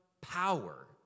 power